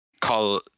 call